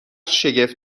شگفت